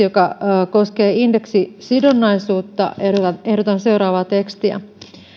joka koskee indeksisidonnaisuutta ehdotan seuraavaa tekstiä